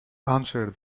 answer